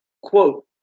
quote